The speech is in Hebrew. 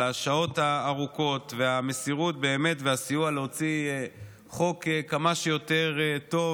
על השעות הארוכות והמסירות באמת והסיוע להוציא חוק כמה שיותר טוב,